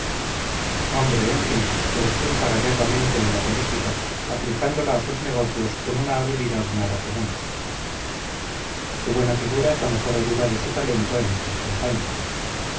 hombre en fin que despunta gallardamente en la política aplicándola a sus negocios con una habilidad nada común su buena figura es la mejor ayuda de su talento en estas campañas